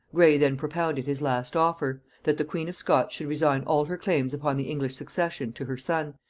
gray then propounded his last offer that the queen of scots should resign all her claims upon the english succession to her son,